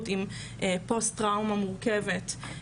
תודה רבה חברת הכנסת.